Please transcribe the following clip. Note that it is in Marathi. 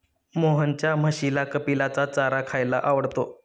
मोहनच्या म्हशीला कपिलाचा चारा खायला आवडतो